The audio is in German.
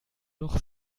noch